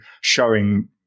showing